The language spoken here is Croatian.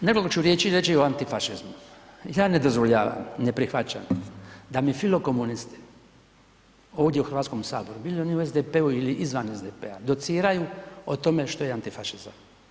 Nekoliko ću riječi reći o antifašizmu, ja ne dozvoljavam, ne prihvaćam da mi filo komunisti ovdje u HS, bili oni u SDP-u ili izvan SDP-a dociraju o tome što je antifašizam.